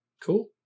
Cool